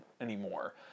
anymore